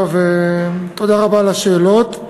טוב, תודה רבה על השאלות.